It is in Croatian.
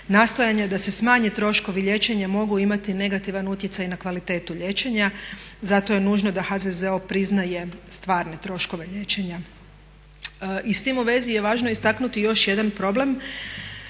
Nastojanja da se smanje troškovi liječenja mogu imati negativan utjecaj na kvalitetu liječenja zato je nužno da HZZO priznaje stvarne troškove liječenja. I s tim u vezi je važno istaknuti još jedan problem